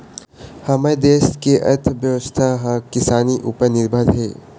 हमर देस के अर्थबेवस्था ह किसानी उपर निरभर हे